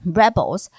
rebels